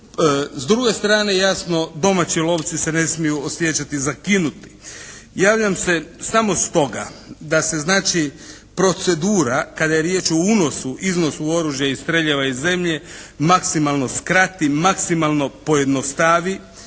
S druge strane jasno domaći lovci se ne smiju osjećati zakinuti. Javljam se samo s toga da se znači procedura kada je riječ o unosu i iznosu oružja i streljiva iz zemlje maksimalno skrati, maksimalno pojednostavi